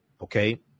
okay